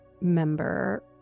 member